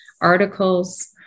articles